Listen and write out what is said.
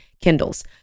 Kindles